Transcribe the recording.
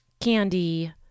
candy